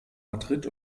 madrid